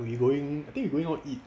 we going I think we going out eat